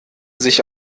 sich